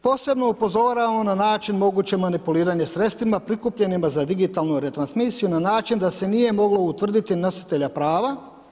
Posebno upozoravamo na način mogućeg manipuliranja sredstvima prikupljenima za digitalnu retrans misiju na način da se nije moglo utvrditi nositelja prava.